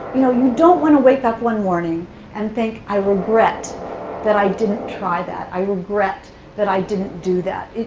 you know you don't want to wake up one morning and think, i regret that i didn't try that. i regret that i didn't do that.